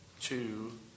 two